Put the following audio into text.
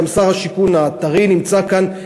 גם שר השיכון הטרי נמצא כאן.